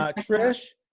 ah trish,